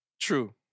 True